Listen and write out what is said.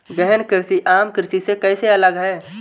गहन कृषि आम कृषि से कैसे अलग है?